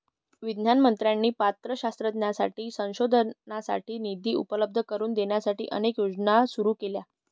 विज्ञान मंत्र्यांनी पात्र शास्त्रज्ञांसाठी संशोधनासाठी निधी उपलब्ध करून देण्यासाठी अनेक योजना सुरू केल्या